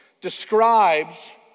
describes